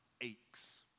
aches